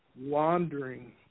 wandering